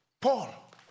Paul